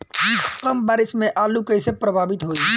कम बारिस से आलू कइसे प्रभावित होयी?